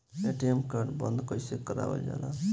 ATM card बन्द कईसे करावल जाला?